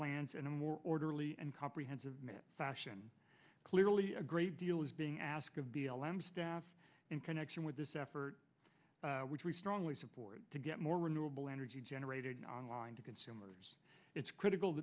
lands in a more orderly and comprehensive fashion clearly a great deal is being asked of b l m staff in connection with this effort which we strongly support to get more renewable energy generated on line to consumers it's critical